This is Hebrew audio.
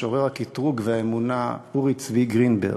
משורר הקטרוג והאמונה אורי צבי גרינברג,